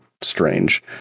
strange